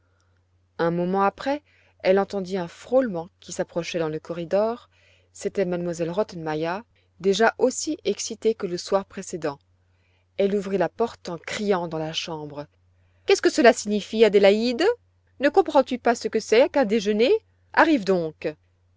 un moment après elle entendit un frôlement qui s'approchait dans le corridor c'était m elle rottenmeier déjà aussi excitée que le soir précédent elle ouvrit la porte en criant dans la chambre qu'est-ce que cela signifié adélaïde ne comprends-tu pas ce que c'est qu'un déjeuner arrive donc